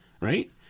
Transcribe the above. right